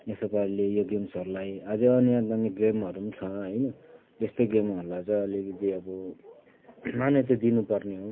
यस्तो पाराले यो गेम्सहरूलाई अझै अन्य अन्य गेमहरू पनि छ होइन यस्तै गेमहरूलाई चाहिँ अलिकति अब मान्यता दिनु पर्ने हो